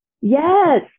Yes